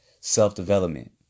self-development